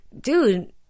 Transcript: dude